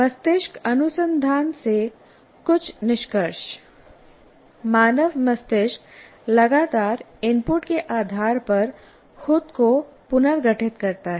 मस्तिष्क अनुसंधान से कुछ निष्कर्ष मानव मस्तिष्क लगातार इनपुट के आधार पर खुद को पुनर्गठित करता है